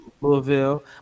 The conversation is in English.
Louisville